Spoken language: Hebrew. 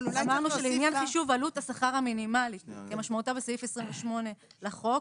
אמרנו שלעניין חישוב עלות השכר המינימלי כמשמעותה בסעיף 28 לחוק,